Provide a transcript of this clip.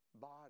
body